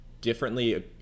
differently